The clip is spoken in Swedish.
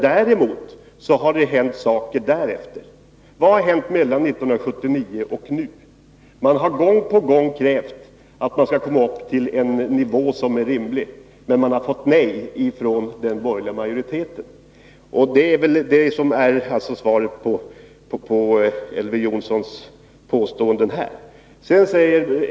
Däremot har det hänt saker efter 1976. Vad har hänt mellan 1979 och nu? Arbetslöshetskassornas samorganisation har gång på gång krävt att ersättningen skall komma upp till en nivå som är rimlig, men man har fått nej från den borgerliga regeringen. — Det är svaret på Elver Jonssons påstående på den punkten.